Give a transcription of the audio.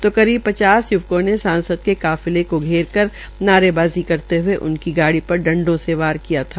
तो करीब पचास य्वकों ने सांसद के काफिले को घेर कर नारेबाज़ी करते हए उनकी गाड़ी पर डंडों से वार किया था